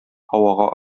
һавага